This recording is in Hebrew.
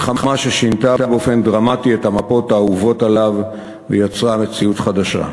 מלחמה ששינתה באופן דרמטי את המפות האהובות עליו ויצרה מציאות חדשה.